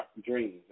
Dreams